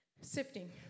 sifting